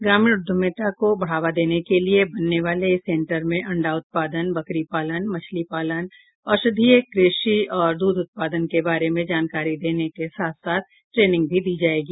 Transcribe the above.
ग्रामीण उद्यमिता को बढ़ावा देने के लिये बनने वाले इस सेंटर में अण्डा उत्पादन बकरी पालन मछली पालन औषधीय कृषि और दूध उत्पादन के बारे में जानकारी देने के साथ साथ ट्रेनिंग भी दी जायेगी